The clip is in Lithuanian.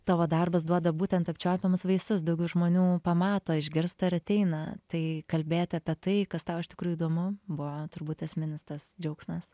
tavo darbas duoda būtent apčiuopiamus vaisius daugiau žmonių pamato išgirsta ir ateina tai kalbėti apie tai kas tau iš tikrųjų įdomu buvo turbūt esminis tas džiaugsmas